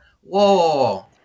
Whoa